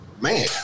Man